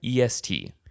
est